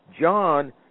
John